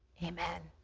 amen.